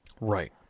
right